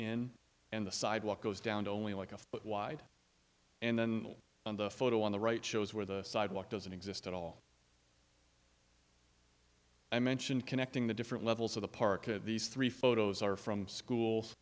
in and the sidewalk goes down only like a foot wide and then on the photo on the right shows where the sidewalk doesn't exist at all i mention connecting the different levels of the park of these three photos are from schools